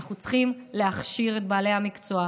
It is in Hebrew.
אנחנו צריכים להכשיר את בעלי המקצוע,